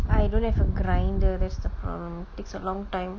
I don't have a grinder that's the problem takes a long time